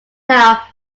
now